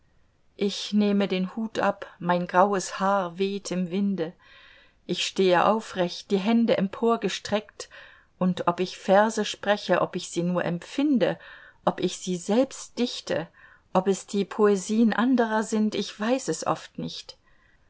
ich nehme den hut ab mein graues haar weht im winde ich stehe aufrecht die hände emporgestreckt und ob ich verse spreche ob ich sie nur empfinde ob ich sie selbst dichte ob es die poesien anderer sind ich weiß es oft nicht